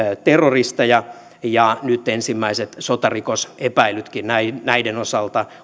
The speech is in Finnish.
terroristeja ja nyt ensimmäiset sotarikos epäilytkin näiden osalta